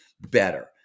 better